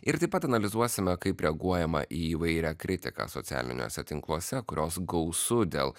ir taip pat analizuosime kaip reaguojama į įvairią kritiką socialiniuose tinkluose kurios gausu dėl